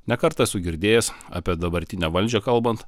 ne kartą esu girdėjęs apie dabartinę valdžią kalbant